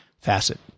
facet